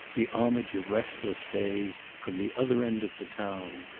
the homage of restless days, from the other end of the town.